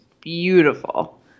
beautiful